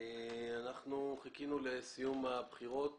חיכינו לסיום הבחירות